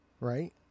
right